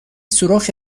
سوراخ